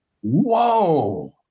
Whoa